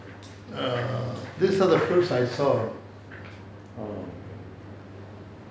err these are the fruits I saw